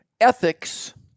Ethics